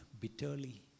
bitterly